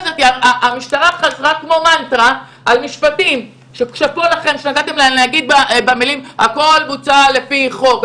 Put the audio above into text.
המשטרה חזרה כמו מנטרה על משפטים שנתתם להם להגיד שהכול בוצע לפי חוק.